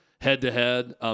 head-to-head